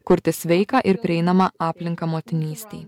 kurti sveiką ir prieinamą aplinką motinystei